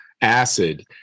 acid